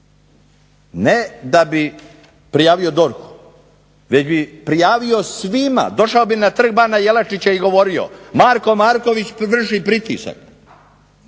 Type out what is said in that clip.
ne da bi prijavio DORH-u već bih prijavio svima, došao bih na Trg bana Jelačića i govorio Marko Marković vrši pritisak,